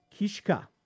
Kishka